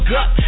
up